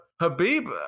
Habib